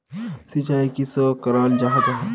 सिंचाई किसोक कराल जाहा जाहा?